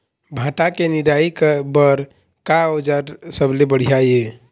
भांटा के निराई बर का औजार सबले बढ़िया ये?